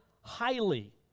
highly